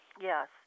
Yes